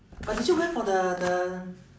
but did you went for the the